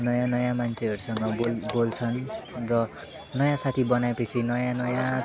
नयाँ नयाँ मान्छेहरूसँग बोल बोल्छन् र नयाँ साथी बनाएपछि नयाँ नयाँ